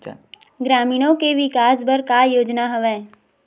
ग्रामीणों के विकास बर का योजना हवय?